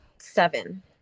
seven